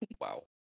Wow